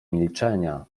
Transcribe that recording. milczenia